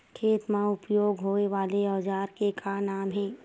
खेत मा उपयोग होए वाले औजार के का नाम हे?